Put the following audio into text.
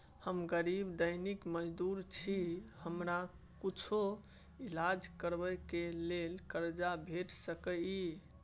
हम गरीब दैनिक मजदूर छी, हमरा कुछो ईलाज करबै के लेल कर्जा भेट सकै इ?